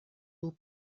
will